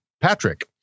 Patrick